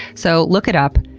so look it up,